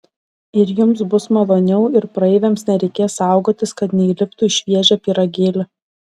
ir jums bus maloniau ir praeiviams nereikės saugotis kad neįliptų į šviežią pyragėlį